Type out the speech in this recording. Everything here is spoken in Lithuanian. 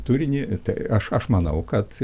turinį tai aš manau kad